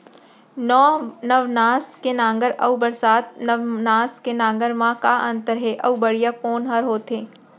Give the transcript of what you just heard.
नौ नवनास के नांगर अऊ बरसात नवनास के नांगर मा का अन्तर हे अऊ बढ़िया कोन हर होथे?